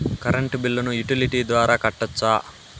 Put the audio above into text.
Current బిల్లును utility ద్వారా కట్టొచ్చా?